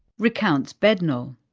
recounts bednall.